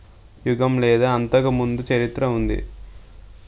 యుగం లేదా అంతకు ముందు చరిత్ర ఉంది